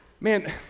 Man